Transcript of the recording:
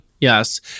Yes